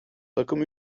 takım